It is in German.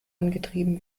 angetrieben